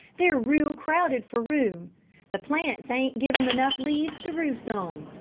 they're real crowded for room the plants ain't give em enough leaves to roost on!